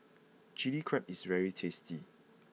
Chili Crab is very tasty